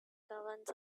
governs